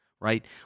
Right